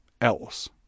else